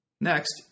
Next